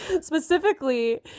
Specifically